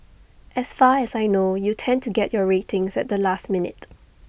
as far as I know you tend to get your ratings at the last minute